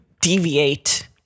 deviate